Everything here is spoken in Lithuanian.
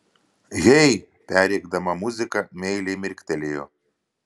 hei perrėkdama muziką meiliai mirktelėjo